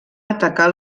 atacar